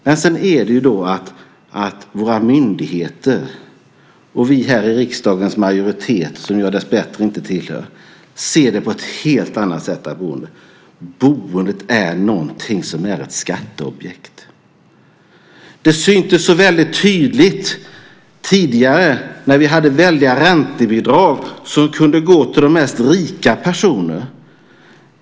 Men sedan ser våra myndigheter och vi här i riksdagens majoritet, som jag dessbättre inte tillhör, det på ett helt annat sätt. Boendet är ett skatteobjekt. Det syntes så väldigt tydligt när vi tidigare hade stora räntebidrag som kunde gå till de mest rika personer.